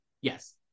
yes